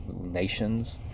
nations